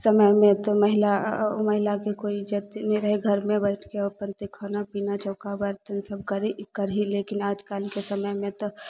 समयमे तऽ महिला महिलाके कोइ इज्जत नहि रहय घरमे बैठके अपन खाना पीना चौका बर्तन ईसब करय ई करहि लेकिन आजकालके समयमे तऽ